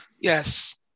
Yes